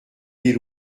des